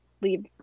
leave